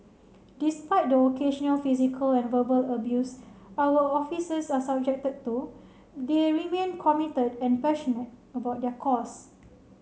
despite the occasional physical and verbal abuse our officers are subjected to they remain committed and passionate about their cause